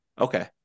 Okay